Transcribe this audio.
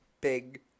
Big